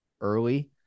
early